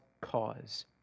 cause